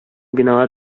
бинага